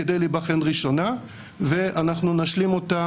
כדי להיבחן ראשונה ולדעתי אנחנו נשלים אותה